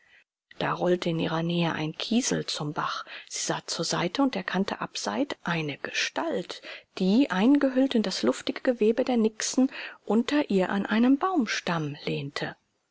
da rollte in ihrer nähe ein kiesel zum bach sie sah zur seite und erkannte abseit eine gestalt die eingehüllt in das luftige gewebe der nixen unter ihr an einem baumstamm lehnte